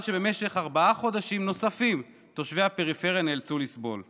למה הם מייחסים לבריאותם של תושבי המרכז חשיבות גדולה יותר,